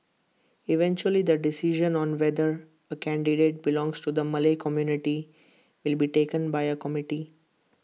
eventually the decision on whether A candidate belongs to the Malay community will be taken by A committee